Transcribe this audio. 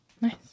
Nice